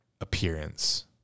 appearance